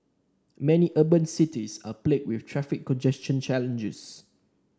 many urban cities are plagued with traffic congestion challenges